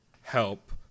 help